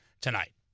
tonight